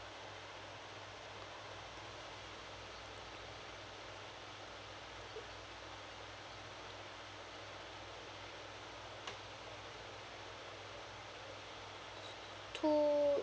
two